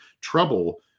trouble